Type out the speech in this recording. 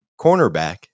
cornerback